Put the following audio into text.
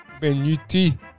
Benuti